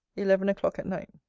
eleven o'clock at night.